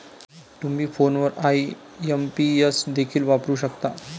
तुम्ही फोनवर आई.एम.पी.एस देखील वापरू शकता